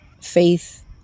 faith